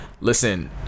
listen